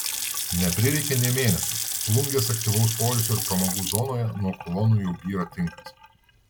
neprireikė nė mėnesio plungės aktyvaus poilsio ir pramogų zonoje nuo kolonų jau byra tinkas